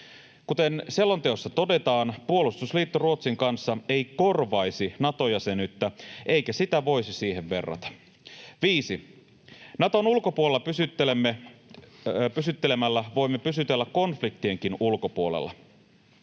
Kuten selonteossa todetaan, puolustusliitto Ruotsin kanssa ei korvaisi Nato-jäsenyyttä eikä sitä voisi siihen verrata. 5) Naton ulkopuolella pysyttelemällä voimme pysytellä konfliktienkin ulkopuolella.